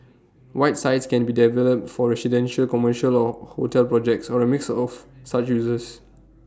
white sites can be developed for residential commercial or hotel projects or A mix of such uses